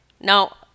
Now